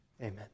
Amen